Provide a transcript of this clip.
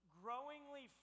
growingly